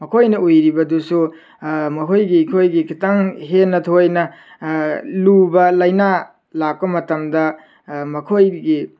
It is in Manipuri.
ꯃꯈꯣꯏꯅ ꯎꯏꯔꯤꯕꯗꯨꯁꯨ ꯃꯈꯣꯏꯒꯤ ꯑꯩꯈꯣꯏꯒꯤ ꯈꯤꯇꯪ ꯍꯦꯟꯅ ꯊꯣꯏꯅ ꯂꯨꯕ ꯂꯥꯏꯅꯥ ꯂꯥꯛꯄ ꯃꯇꯝꯗ ꯃꯈꯣꯏꯒꯤ